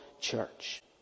church